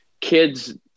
kids